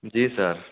जी sir